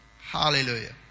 Hallelujah